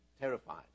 terrified